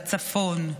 בצפון,